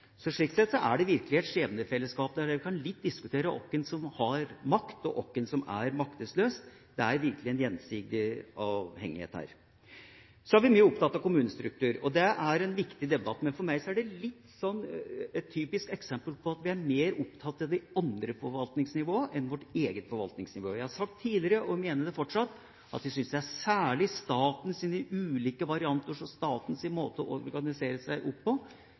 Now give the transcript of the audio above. Så slik sett er det virkelig et skjebnefellesskap, der en kan diskutere hvem som har makt, og hvem som er maktesløs; det er virkelig en gjensidig avhengighet her. Så er vi mye opptatt av kommunestruktur, og det er en viktig debatt. Men for meg er det et litt typisk eksempel på at vi er mer opptatt av de andre forvaltningsnivåene enn vårt eget. Jeg har sagt tidligere, og mener det fortsatt, at jeg syns det er særlig statens ulike varianter, statens måte å organisere seg